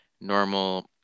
normal